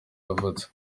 yavutse